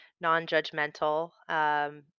non-judgmental